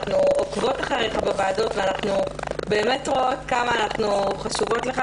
אנחנו עוקבות אחריך בוועדות ואנחנו באמת רואות כמה אנחנו חשובות לך.